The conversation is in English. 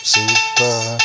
Super